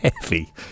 heavy